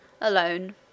alone